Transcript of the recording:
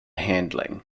handling